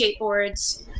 skateboards